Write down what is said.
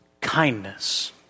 kindness